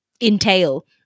entail